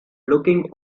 looking